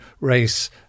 race